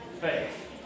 faith